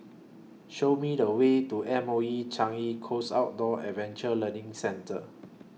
Show Me The Way to M O E Changi Coast Outdoor Adventure Learning Centre